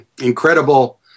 incredible